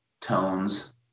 tones